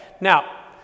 now